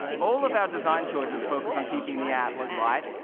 all of our design choices focus on keeping the app light,